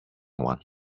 one